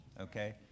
okay